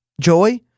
joy